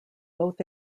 both